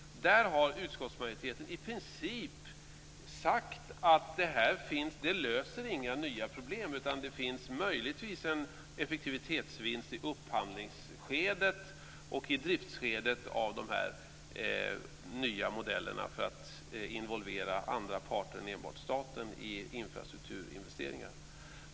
Där har utskottsmajoriteten i princip sagt att det här inte löser några nya problem men att det möjligtvis finns en effektivitetsvinst i upphandlingsskedet och i driftsskedet när det gäller de nya modellerna för att involvera andra parter än enbart staten i infrastrukturinvesteringar.